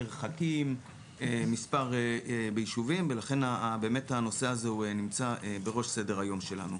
מרחקים ולכן באמת הנושא הזה נמצא בראש סדר היום שלנו.